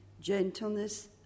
gentleness